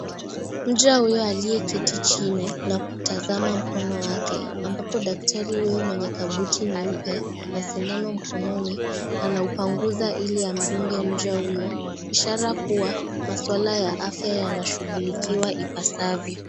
Mja huyu aliye keti chini na kutazama mkono wake ambapo daktari huyo mwenye kabuti nyeupe na sindano mkononi anaipanguza iliamdunge mja huyo ishara kuwa maswala ya afya yanashugulikiwa ipasavyo.